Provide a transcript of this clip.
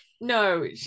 No